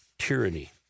Tyranny